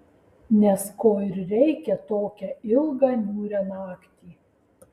nes ko ir reikia tokią ilgą niūrią naktį